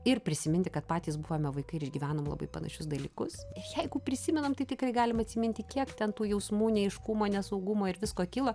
ir prisiminti kad patys buvome vaikai ir išgyvenom labai panašius dalykus ir jeigu prisimenam tai tikrai galim atsiminti kiek ten tų jausmų neaiškumo nesaugumo ir visko kilo